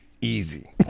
easy